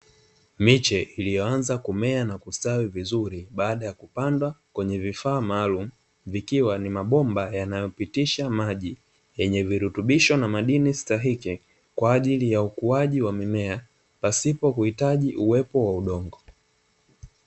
Miche iliyoanza kumea na kustawi vizuri baada ya kupandwa kwenye vifaa maalumu, vikiwa ni mabomba yanayopitisha maji yenye virutubisho na madini stahiki kwa ajili ya ukuaji wa mimea pasipo kuhitaji uwepo wa udongo.